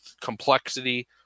complexity